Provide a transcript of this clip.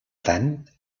tant